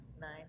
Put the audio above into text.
Nine